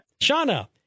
Shauna